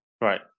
Right